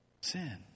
sin